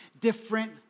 different